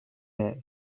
day